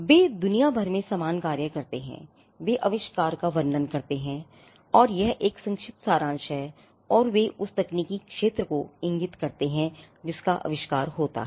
वे दुनिया भर में समान कार्य करते हैं वे आविष्कार का वर्णन करते हैं और यह एक संक्षिप्त सारांश है और वे उस तकनीकी क्षेत्र को इंगित करते हैं जिसका आविष्कार होता है